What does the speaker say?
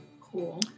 Cool